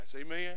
amen